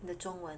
的中文